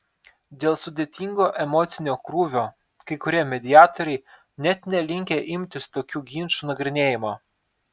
dėl sudėtingo emocinio krūvio kai kurie mediatoriai net nelinkę imtis tokių ginčų nagrinėjimo